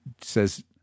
says